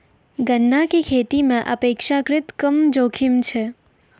गन्ना के खेती मॅ अपेक्षाकृत कम जोखिम छै